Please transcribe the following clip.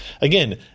Again